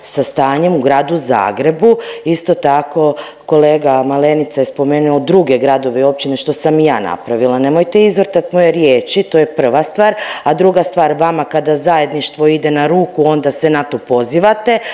sa stanjem u Gradu Zagrebu. Isto tako kolega Malenica je spomenuo druge gradove i općine što sam i ja napravila. Nemojte izvrtati moje riječi. To je prva stvar, a druga stvar vama kada zajedništvo ide na ruku onda se na to pozivate,